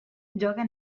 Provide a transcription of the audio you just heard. gioca